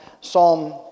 Psalm